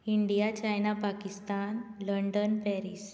India China Pakistan London Paris